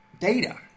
Data